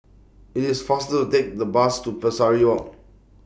IT IS faster to Take The Bus to Pesari Walk